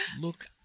Look